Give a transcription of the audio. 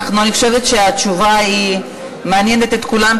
אני חושבת שהתשובה מעניינת את כולם,